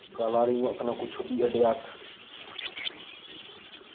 ᱠᱟᱞᱟᱨᱤᱝᱚᱜ ᱠᱟᱱᱟ ᱩᱱᱠᱩ ᱪᱷᱚᱵᱤ ᱟᱸᱰᱤ ᱟᱸᱴ